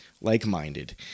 like-minded